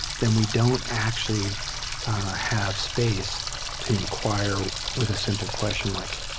then we don't actually have space to inquire with simple question like,